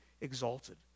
exalted